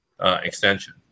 extension